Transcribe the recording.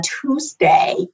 Tuesday